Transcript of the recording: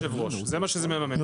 זה מה שזה מממן, היושב ראש.